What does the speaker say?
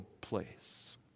place